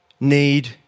need